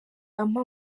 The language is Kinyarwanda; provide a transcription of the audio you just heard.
ampa